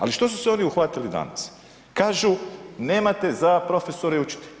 Ali što su se oni uhvatili danas, kažu nemate za profesore i učitelje.